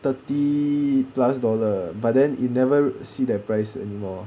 thirty plus dollar but then it never see the price anymore